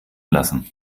lassen